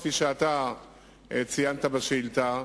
כפי שאתה ציינת בשאילתא,